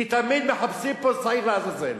כי תמיד מחפשים פה שעיר לעזאזל.